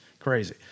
Crazy